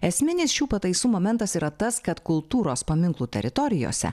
esminis šių pataisų momentas yra tas kad kultūros paminklų teritorijose